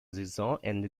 saisonende